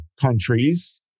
countries